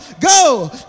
go